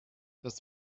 das